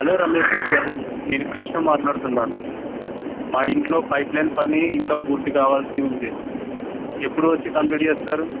hello Ramesh garu నేను కృష్ణ మాట్లాడుతున్నాను మా ఇంట్లో పైప్ లైన్ పని ఇంకా పూర్తి కావాల్సి ఉంది ఎప్పుడు వచ్చి కంప్లీట్ చేస్తారు